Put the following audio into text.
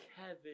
Kevin